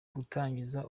gutangiza